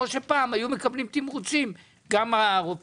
פעם היו מקבלים תמרוצים הרופאים,